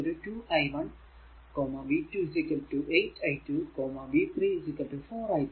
v 1 2 i1 v 2 8 i2 v 3 4 i3